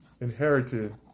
inherited